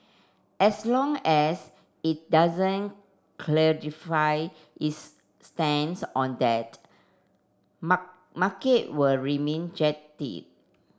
as long as it doesn't clarify its stance on that market will remain jittery